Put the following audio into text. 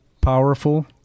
powerful